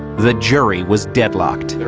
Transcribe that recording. the jury was deadlocked.